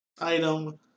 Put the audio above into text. item